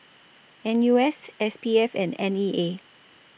N U S S P F and N E A